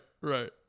right